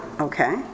okay